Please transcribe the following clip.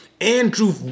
Andrew